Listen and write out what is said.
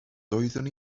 doeddwn